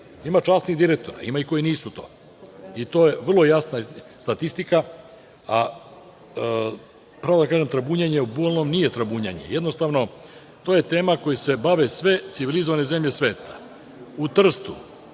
Ima časnih direktora, ima i koji nisu to i to je vrlo jasna statistika. Pravo da vam kažem, trabunjanje o dualnom nije trabunjanje. Jednostavno, to je tema kojom se bave sve civilizovane zemlje sveta. U Trstu,